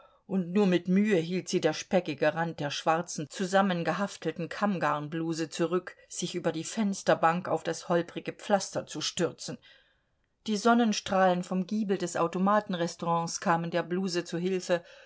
und nur mit mühe hielt sie der speckige rand der schwarzen zusammengehaftelten kammgarnbluse zurück sich über die fensterbank auf das holprige pflaster zu stürzen die sonnenstrahlen vom giebel des automatenrestaurants kamen der bluse zu hilfe